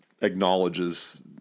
acknowledges